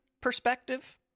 perspective